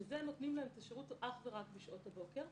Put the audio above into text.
ושם נותנים להם את השירות אך ורק בשעות הבוקר.